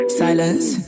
silence